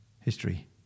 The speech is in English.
history